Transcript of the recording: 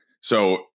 So-